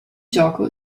gioco